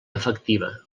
efectiva